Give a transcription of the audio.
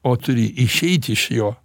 o turi išeit iš jo